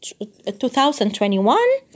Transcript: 2021